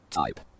type